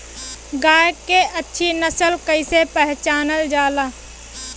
गाय के अच्छी नस्ल कइसे पहचानल जाला?